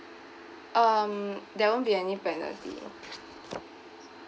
um there won't be any penalty